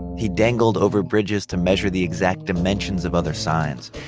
he dangled over bridges to measure the exact dimensions of other signs,